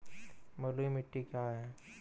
बलुई मिट्टी क्या है?